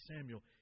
Samuel